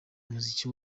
muziki